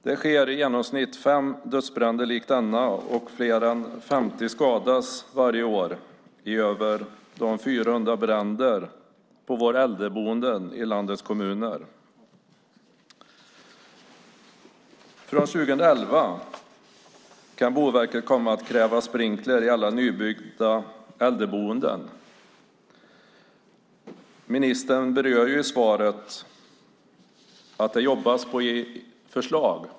Det sker i genomsnitt fem dödsbränder likt denna, och fler än 50 personer skadas varje år i över 400 bränder på våra äldreboenden i landets kommuner. Från 2011 kan Boverket komma att kräva sprinkler i alla nybyggda äldreboenden. Ministern säger i svaret att man arbetar med förslag.